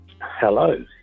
hello